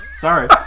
sorry